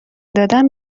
دادن